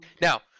Now